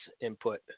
input